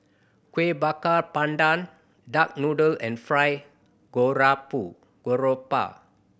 Kuih Bakar Pandan duck noodle and fried garoupa